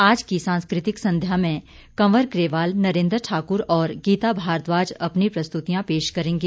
आज की सांस्कृतिक सांध्या में कंवर ग्रेवाल नरेन्द्र ठाकुर और गीता भारद्वाज अपनी प्रस्तुतियां पेश करेंगे